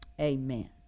Amen